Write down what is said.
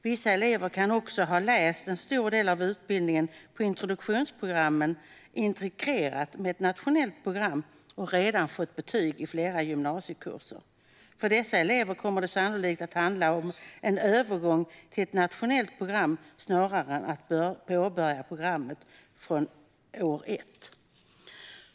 Vissa elever kan också ha läst en stor del av utbildningen på introduktionsprogrammen integrerat med ett nationellt program och redan fått betyg i flera gymnasiekurser. För dessa elever kommer det sannolikt att handla om en övergång till ett nationellt program snarare än att påbörja programmet från år 1.